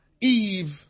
Eve